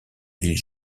ville